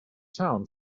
town